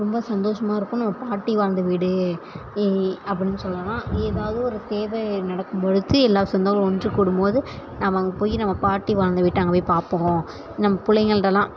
ரொம்ப சந்தோஷமாக இருக்கும் நம்ம பாட்டி வாழ்ந்த வீடு ஏ அப்படின்னு சொல்லுவாங்க ஏதாவது ஒரு தேவை நடக்கும் பொழுது எல்லா சொந்தங்களும் ஒன்று கூடும் போது நம்ம அங்கே போய் நம்ம பாட்டி வாழ்ந்த வீட்டை அங்கே போய் பார்ப்போம் நம்ம புள்ளைங்களுட்டலாம்